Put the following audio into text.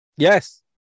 Yes